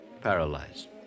paralyzed